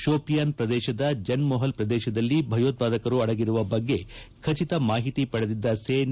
ಶೋಪಿಯಾನ್ ಪ್ರದೇಶದ ಜನ್ ಮೊಪಲ್ ಪ್ರದೇಶದಲ್ಲಿ ಭಯೋತ್ಪಾದಕರು ಆಡಗಿರುವ ಬಗ್ಗೆ ಖಜಿತ ಮಾಹಿತಿ ಪಡೆದಿದ್ದ ಸೇನೆ